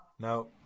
No